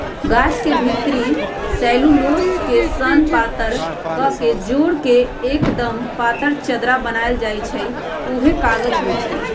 गाछ के भितरी सेल्यूलोस के सन पातर कके जोर के एक्दम पातर चदरा बनाएल जाइ छइ उहे कागज होइ छइ